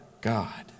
God